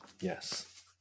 Yes